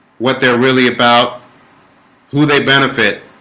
what they're really about who they benefit